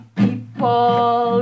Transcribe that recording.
people